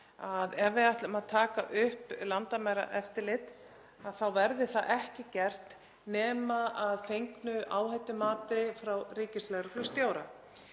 að ef við ætlum að taka upp landamæraeftirlit þá verði það ekki gert nema að fengnu áhættumati frá ríkislögreglustjóra.